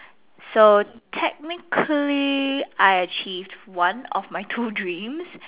so technically I achieved one of my two dreams